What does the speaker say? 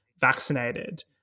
vaccinated